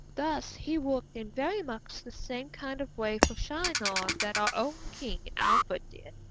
thus he worked in very much the same kind of way for shinar that our own king alfred did,